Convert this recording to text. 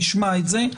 נשמע את זה.